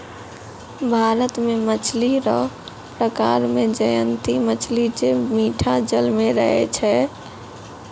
भारत मे मछली रो प्रकार मे जयंती मछली जे मीठा जल मे रहै छै